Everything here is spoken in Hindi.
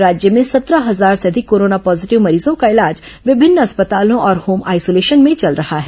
राज्य में सत्रह हजार से अधिक कोरोना पॉजिटिव मरीजों का इलाज विभिन्न अस्पतालों और होम आइसोलेशन में चल रहा है